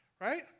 right